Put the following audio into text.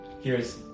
Here's-